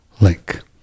link